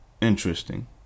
interesting